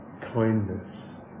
kindness